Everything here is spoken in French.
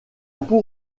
pour